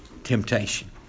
temptation